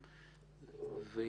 אם